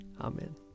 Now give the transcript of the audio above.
Amen